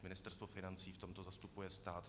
Ministerstvo financí v tomto zastupuje stát.